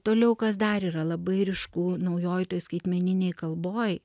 toliau kas dar yra labai ryšku naujoj toj skaitmeninėj kalboj